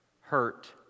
hurt